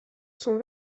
son